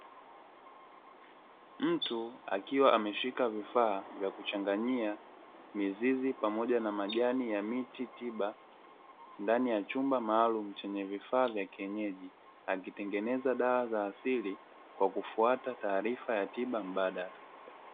Mtu akiwa ameshika vifaa vya kuchanganyia mizizi pamoja na majani ya miti tiba, ndani ya chumba maalumu chenye vifaa vya kienyeji akitengeneza dawa za asili kwa kufwata taarifa ya tiba mbadala.